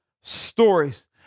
Stories